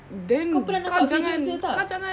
kau pernah nampak videos dia tak